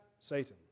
Satan